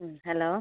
hello